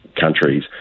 countries